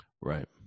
Right